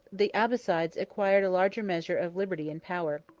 the abbassides acquired a larger measure of liberty and power.